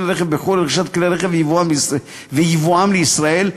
רכב בחו"ל לרכישת כלי רכב וייבואם לישראל,